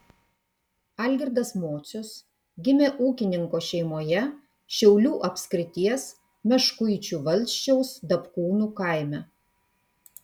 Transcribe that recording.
algirdas mocius gimė ūkininko šeimoje šiaulių apskrities meškuičių valsčiaus dapkūnų kaime